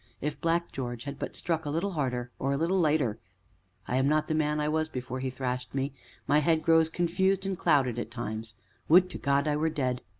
if black george had but struck a little harder or a little lighter i am not the man i was before he thrashed me my head grows confused and clouded at times would to god i were dead!